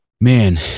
Man